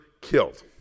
killed